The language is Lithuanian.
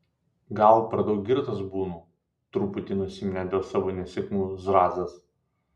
gal per daug girtas būnu truputi nusiminė dėl savo nesėkmių zrazas